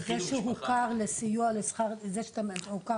זה שהוכר לסיוע לדיור.